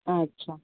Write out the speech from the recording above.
अच्छा